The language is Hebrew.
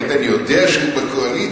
איתן יודע שהוא בקואליציה,